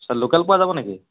আচ্ছা লোকেল পোৱা যাব নেকি